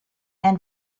and